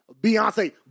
Beyonce